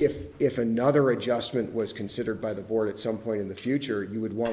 if if another adjustment was considered by the board at some point in the future you would want to